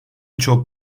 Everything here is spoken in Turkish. çok